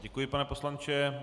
Děkuji, pane poslanče.